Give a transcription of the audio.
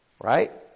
right